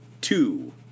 two